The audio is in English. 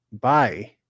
Bye